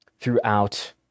throughout